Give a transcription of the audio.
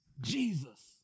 Jesus